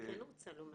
אני כן רוצה לומר